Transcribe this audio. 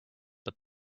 but